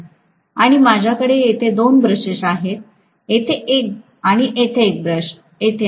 आणि माझ्याकडे येथे दोन ब्रशेस आहेत येथे एक ब्रश आणि एक ब्रश येथे आहे